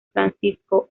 francisco